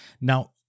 Now